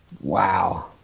Wow